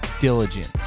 diligence